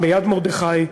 ביד-מרדכי,